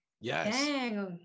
yes